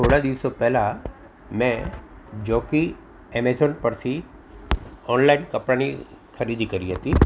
થોડા દિવસો પહેલાં મેં જોકી એમેઝોન પરથી ઓનલાઇન કપડાની ખરીદી કરી હતી